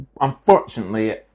unfortunately